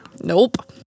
Nope